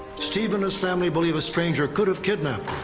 steve and his family believe a stranger could have kidnapped